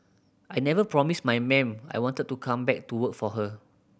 I never promised my ma'am I wanted to come back to work for her